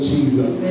Jesus